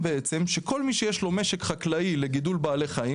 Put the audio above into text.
שלכל מי שיש לו משק חקלאי לגידול בעלי חיים,